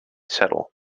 settle